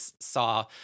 saw